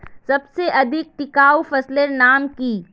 सबसे अधिक टिकाऊ फसलेर नाम की?